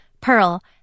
Pearl